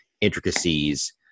intricacies